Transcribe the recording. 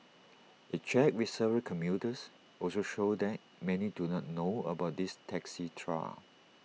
A check with several commuters also showed that many do not know about this taxi trial